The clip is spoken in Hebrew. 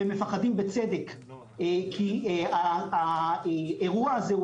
והם מפחדים בצדק כי האירוע הזה הוא